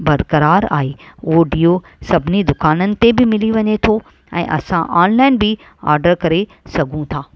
बरकरार आहे उहो डीओ सभिनी दुकाननि ते बि मिली वञे थो ऐं असां ऑनलाइन बि ऑडर करे सघूं था